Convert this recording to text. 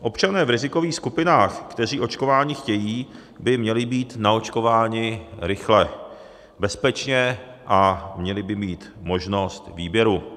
Občané v rizikových skupinách, kteří očkování chtějí, by měli být naočkováni rychle, bezpečně a měli by mít možnost výběru.